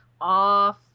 off